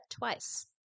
twice